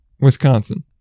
Wisconsin